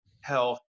health